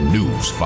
News